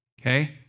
okay